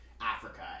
Africa